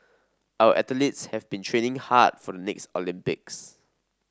our athletes have been training hard for next Olympics